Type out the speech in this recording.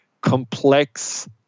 complex